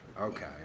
Okay